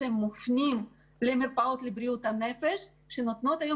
הם מופנים למרפאות לבריאות הנפש שנותנות היום